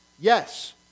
Yes